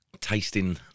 tasting